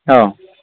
औ